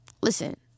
Listen